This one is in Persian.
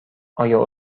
آیا